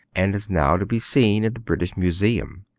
and is now to be seen in the british museum.